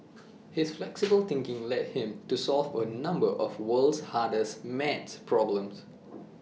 his flexible thinking led him to solve A number of world's hardest math problems